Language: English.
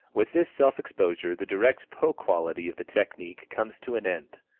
with this self-exposure the direct poe-quality of the technique comes to an end.